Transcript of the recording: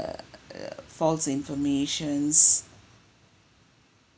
err false informations